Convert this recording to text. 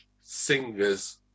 singers